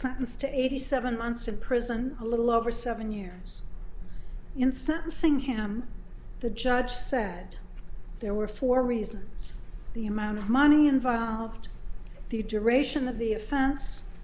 sentenced to eighty seven months in prison a little over seven years in sentencing him the judge said there were four reasons the amount of money involved the generation of the offen